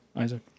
isaac